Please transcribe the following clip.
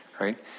Right